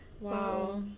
wow